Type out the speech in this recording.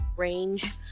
range